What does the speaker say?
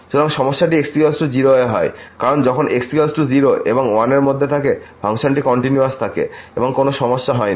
সুতরাং সমস্যাটি x 0 এ হয় কারণ যখন x 0 এবং 1 এর মধ্যে থাকে ফাংশনটি কন্টিনিউয়াস থাকে এবং কোনও সমস্যা হয় না